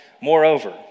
Moreover